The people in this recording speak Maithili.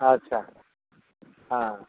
अच्छा हाँ